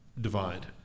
divide